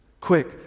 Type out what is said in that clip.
quick